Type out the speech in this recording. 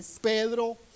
Pedro